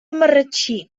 marratxí